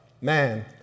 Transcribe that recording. man